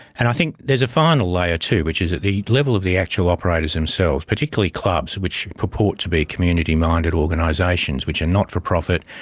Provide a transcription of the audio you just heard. and i think there's a final layer too, which is at the level of the actual operators themselves, particularly clubs which purport to be community minded organisations which are not-for-profit,